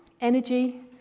energy